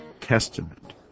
Testament